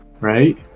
right